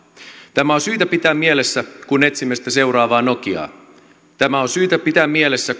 tämä on syytä pitää mielessä kun etsimme sitä seuraavaa nokiaa tämä on syytä pitää mielessä